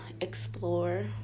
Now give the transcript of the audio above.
explore